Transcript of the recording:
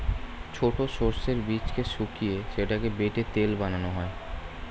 ছোট সর্ষের বীজকে শুকিয়ে সেটাকে বেটে তেল বানানো হয়